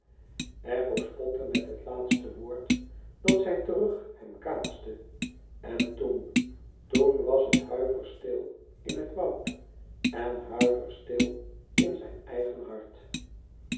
echo spotte met het laatste woord dat zij terug hem kaatste en toen toen was het huiverstil in het woud en huiverstil in zijn eigen hart